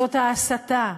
זאת ההסתה,